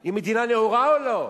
היא מדינה נאורה או לא?